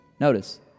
Notice